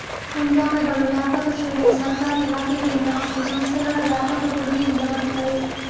ಅನುದಾನಗಳು ವ್ಯಾಪಕ ಶ್ರೇಣಿಯ ಸರ್ಕಾರಿ ಇಲಾಖೆಗಳಿಂದ ಮತ್ತು ಸಂಸ್ಥೆಗಳ ವ್ಯಾಪಕ ಕೊಡುಗೆಯಿಂದ ಬರುತ್ತವೆ